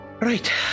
Right